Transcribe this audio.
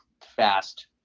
fast